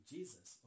Jesus